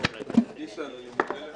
13:04.